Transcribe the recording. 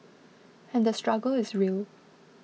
and the struggle is real